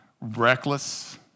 reckless